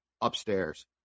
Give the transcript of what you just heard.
upstairs